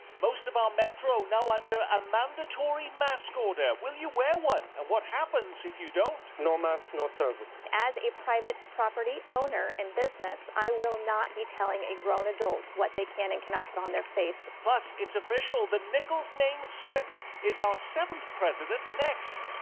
most of our metro now under a mandatory mask order. will you wear one? and what happens if you don't? no mask, no service. as a private property owner and business, i will not be telling a grown adult what they can and cannot put on their face. plus, it is official the nichols name stripped. is our seventh president next?